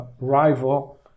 rival